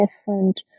different